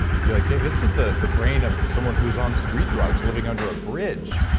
you're like, dave, this is the the brain of someone who's on street drugs living under a bridge.